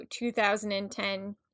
2010